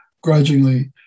grudgingly